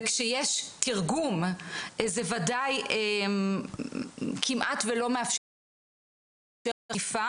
וכשיש תרגום זה כמעט ולא מאפשר חשיפה.